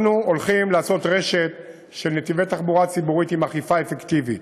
אנחנו הולכים לעשות רשת של נתיבי תחבורה ציבורית עם אכיפה אפקטיבית,